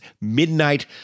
Midnight